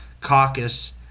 caucus